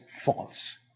false